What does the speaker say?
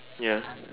ya